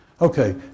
Okay